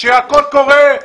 הכול קורה,